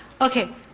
Okay